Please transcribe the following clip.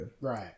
Right